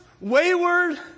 wayward